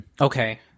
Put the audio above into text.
Okay